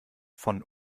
von